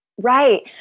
Right